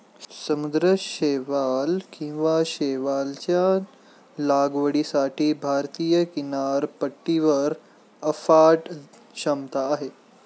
समुद्री शैवाल किंवा शैवालच्या लागवडीसाठी भारतीय किनारपट्टीवर अफाट क्षमता आहे